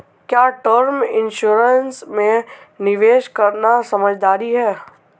क्या term insurance में निवेश करना समझदारी है?